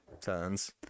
turns